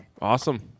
awesome